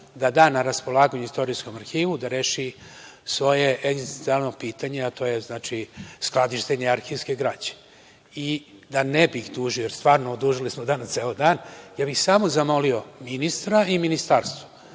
da da na raspolaganju istorijskom arhivu da reši svoje egzistencijalno pitanje, a to je skladištenje arhivske građe. Da ne bih dužio, jer smo odužili danas ceo dan, ja bih samo zamolio ministra i ministarstvo,